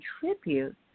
contribute